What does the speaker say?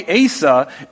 Asa